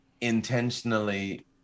intentionally